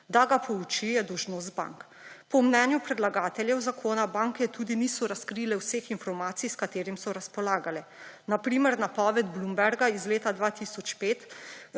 Da ga pouči, je dolžnost banke. Po mnenju predlagatelja zakona banke tudi niso razkrile vseh informacij, s katerim so razpolagale. Na primer, napoved Bloomberga iz leta 2005,